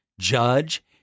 judge